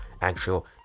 actual